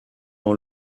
dans